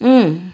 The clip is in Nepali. अँ